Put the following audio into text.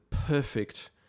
Perfect